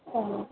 సరే